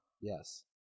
Yes